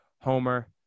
homer